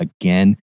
again